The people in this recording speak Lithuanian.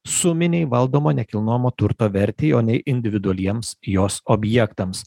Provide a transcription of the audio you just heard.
suminei valdomo nekilnojamo turto vertei o ne individualiems jos objektams